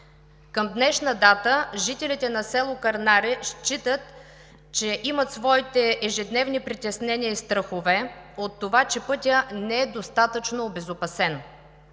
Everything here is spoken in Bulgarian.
Към днешна дата жителите на село Кърнаре имат ежедневни притеснения и страхове от това, че пътят не е достатъчно обезопасен.